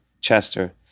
Chester